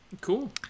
Cool